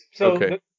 Okay